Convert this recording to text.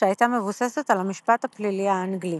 שהייתה מבוססת על המשפט הפלילי האנגלי.